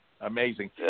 Amazing